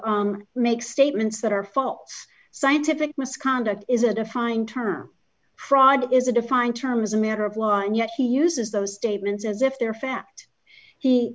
to make statements that are faults scientific misconduct is a defined term pride is a defined term is a matter of law and yet he uses those statements as if they're fact he